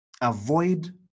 avoid